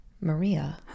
Maria